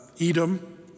Edom